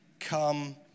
come